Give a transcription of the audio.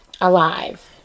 alive